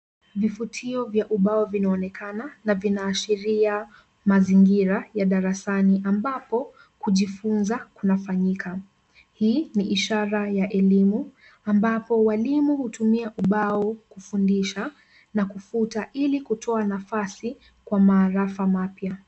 Vifutio vya ubao vinaonekana na vinaashiria mazingira ya darasani ambapo kujifunza kunafanyika. Hii ni ishara ya elimu ambapo walimu hutumia ubao kufundisha na kufuta ili kutoa nafasi kwa maarafa mapya.